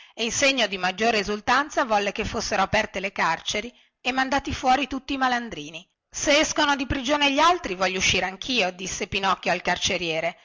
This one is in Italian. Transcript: e in segno di maggiore esultanza volle che fossero aperte le carceri e mandati fuori tutti i malandrini se escono di prigione gli altri voglio uscire anchio disse pinocchio al carceriere